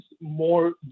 more